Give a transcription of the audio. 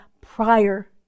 prior